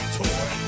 toy